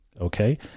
okay